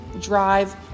drive